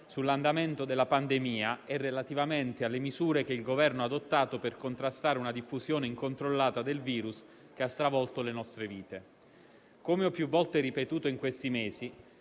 sull'andamento della pandemia e relativamente alle misure che il Governo ha adottato per contrastare una diffusione incontrollata del virus, che ha stravolto le nostre vite. Come ho più volte ripetuto negli ultimi mesi,